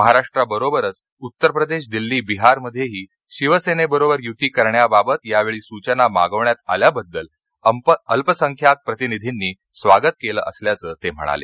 महाराष्ट्राबरोबरच उत्तर प्रदेश दिल्ली बिहार मधेही शिवसेनेबरोबर युती करण्याबाबत यावेळी सूचना मागवण्यात आल्याबद्दल अल्पसंख्याक प्रतिनिधींनी स्वागत केलं असल्याचं ते म्हणाले